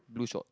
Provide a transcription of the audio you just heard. blue short